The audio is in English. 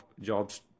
jobs